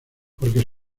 porque